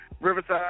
Riverside